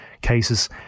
cases